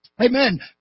Amen